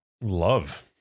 love